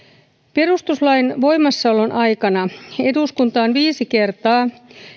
perustuslain voimassaolon aikana eduskunta on viisi kertaa